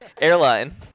airline